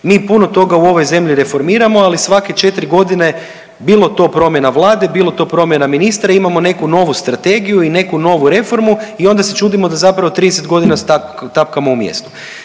Mi puno toga u ovoj zemlji reformiramo, ali svake 4 godine bilo to promjena vlade, bilo to promjena ministara imamo neku novu strategiju i neku novu reformu i onda se čudimo da zapravo 30 godina tapkamo u mjestu.